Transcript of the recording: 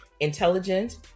intelligent